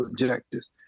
objectives